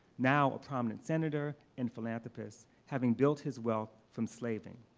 now a prominent senator and philanthropist, having built his wealth from slaving.